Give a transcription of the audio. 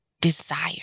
desire